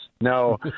No